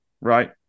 right